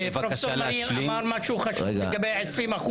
פרופ' מרין אמר משהו חשוב לגבי ה-20%,